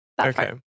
Okay